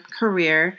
career